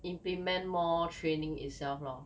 implement more training itself lor